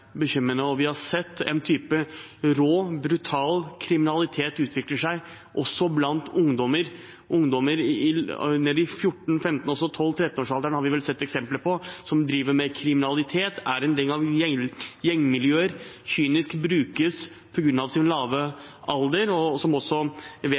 Vi har sett en type rå, brutal kriminalitet utvikle seg også blant ungdommer ned i 14–15-årsalderen – 12–13-årsalderen har vi også sett eksempler på – som driver med kriminalitet, er en del av gjengmiljøer, og som kynisk brukes på grunn av sin lave alder, og som vet